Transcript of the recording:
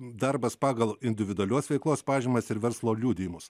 darbas pagal individualios veiklos pažymas ir verslo liudijimus